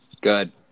Good